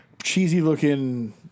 cheesy-looking